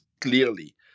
clearly